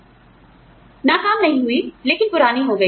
तो आपको पता है नाकाम नहीं हुई है लेकिन पुरानी हो गई है